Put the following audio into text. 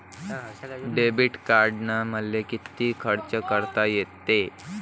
Debit कार्डानं मले किती खर्च करता येते?